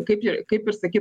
kaip ir kaip ir sakyt